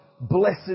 blessed